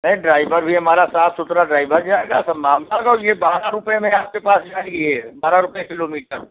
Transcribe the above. नहीं ड्राइवर भी हमारा साफ सुथरा ड्राइवर जाएगा सब और यह बाराह रुपये में आपके पास जाएगी यह बारह रुपये किलोमीटर